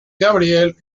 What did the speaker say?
gabriel